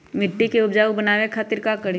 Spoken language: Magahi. मिट्टी के उपजाऊ बनावे खातिर का करी?